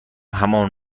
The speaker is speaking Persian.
همان